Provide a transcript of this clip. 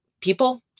people